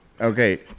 Okay